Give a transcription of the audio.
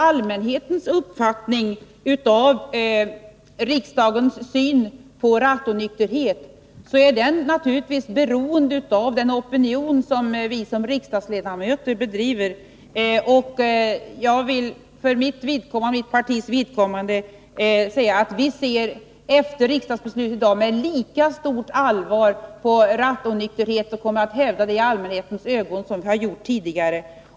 Allmänhetens uppfattning av riksdagens syn på rattonykterhet är naturligtvis beroende av det opinionsbildande arbete som vi riksdagsledamöter bedriver. Jag vill för mitt partis vidkommande säga att vi, efter dagens riksdagsbeslut, ser med lika stort allvar på rattonykterhet som vi tidigare gjorde. Det kommer vi också att hävda inför allmänheten.